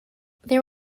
there